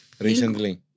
recently